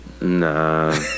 nah